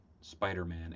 spider-man